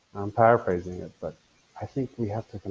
i'm paraphrasing it, but i think we have to kind